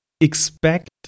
expect